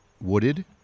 wooded